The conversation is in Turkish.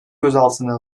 gözaltına